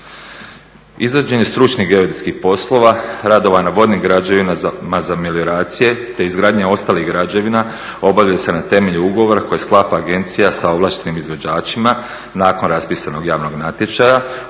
Izvođenje stručnih geodetskih poslova, radova na vodnim građevinama za melioracije te izgradnja ostalih građevina obavlja se na temelju ugovora koje sklapa agencija sa ovlaštenim izvođačima nakon raspisanog javnog natječaja,